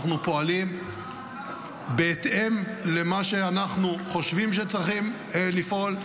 אנחנו פועלים בהתאם למה שאנחנו חושבים שצריכים לפעול,